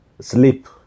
sleep